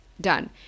Done